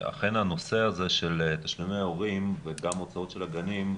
אכן הנושא הזה של תשלומי הורים וגם ההוצאות של הגנים,